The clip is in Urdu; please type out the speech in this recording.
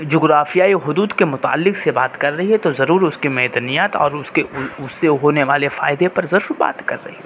جغرافیائی حدود کے متعلق سے بات کر رہی ہے تو ضرور اس کے معدنیات اور اس کے اس سے ہونے والے فائدے پر ضرور بات کر رہی ہوگی